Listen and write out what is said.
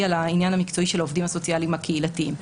על העניין המקצועי של העובדים הסוציאליים הקהילתיים.